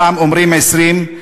פעם אומרים 20,